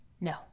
no